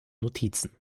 notizen